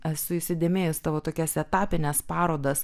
esu įsidėmėjus tavo tokias etapines parodas